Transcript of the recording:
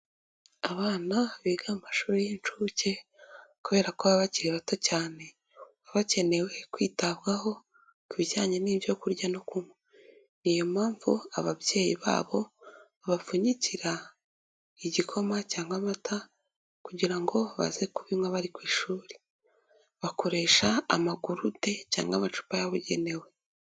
Abana biga mu amashuri y'incuke, kubera ko baba bakiri bato cyane ,baba bakeneye kwitabwaho, ku bijyanye n'ibyo kurya no kunywa ,n'iyo mpamvu ababyeyi babo babapfunyikira igikoma cyangwa amata, kugira ngo baze kubinywa bari ku ishuri, bakoresha amagurude cyangwa amacupa yabugenewe.